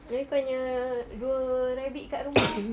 habis kau punya dua rabbit kat rumah